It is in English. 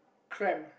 cramp